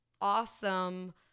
awesome